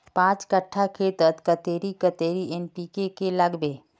पाँच कट्ठा खेतोत कतेरी कतेरी एन.पी.के के लागबे?